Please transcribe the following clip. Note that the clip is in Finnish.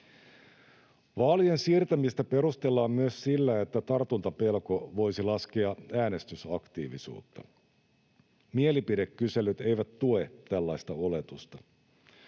Vaalien siirtämistä perustellaan myös sillä, että tartuntapelko voisi laskea äänestysaktiivisuutta. Mielipidekyselyt eivät tue tällaista oletusta.